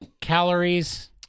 calories